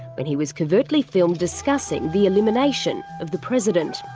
and he was covertly filmed discussing the elimination of the president.